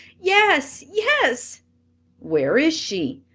yes! yes! where is she?